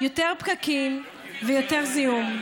יותר פקקים ויותר זיהום.